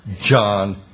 John